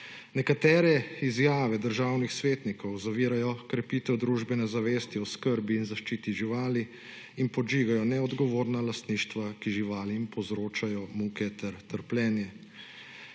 Nekatere izjave državnih svetnikov zavirajo krepitev družbene zavesti o skrbi in zaščiti živali in podžigajo neodgovorna lastništva, ki živalim povzročajo muke ter trpljenje.